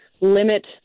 limit